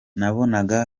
nabonaga